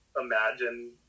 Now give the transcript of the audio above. imagine